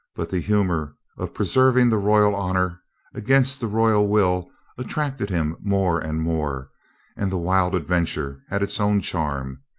but the humor of preserving the royal honor against the royal will attracted him more and more and the wild adventure had its own charm.